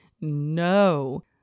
No